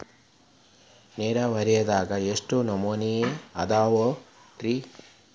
ನೇರಾವರಿಯಾಗ ಎಷ್ಟ ನಮೂನಿ ಅದಾವ್ರೇ?